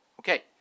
Okay